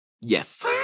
yes